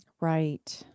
Right